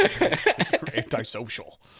Anti-social